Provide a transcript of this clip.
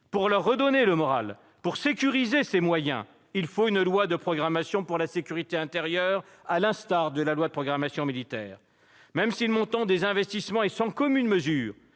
pour leur redonner le moral, pour sécuriser ses moyens, il faut une loi de programmation pour la sécurité intérieure, à l'instar de la loi de programmation militaire. Même si le montant des investissements est sans commune mesure,